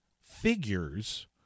figures